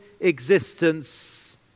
existence